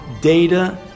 Data